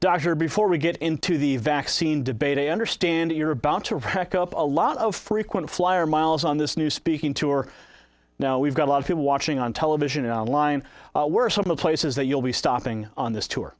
dr before we get into the vaccine debate a understand you're about to wreck up a lot of frequent flier miles on this new speaking tour now we've got a lot of people watching on television and online were some of the places that you'll be stopping on this to